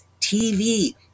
TV